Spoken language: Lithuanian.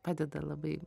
padeda labai